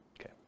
Okay